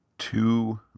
Two